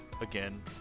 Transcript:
again